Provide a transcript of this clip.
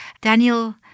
Daniel